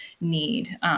need